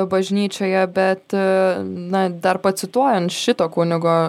bažnyčioje bet na dar pacituojant šito kunigo